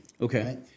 Okay